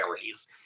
carries